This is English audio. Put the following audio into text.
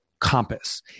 compass